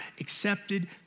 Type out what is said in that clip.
accepted